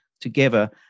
together